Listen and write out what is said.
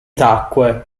tacque